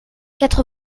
quatre